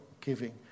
giving